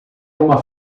uma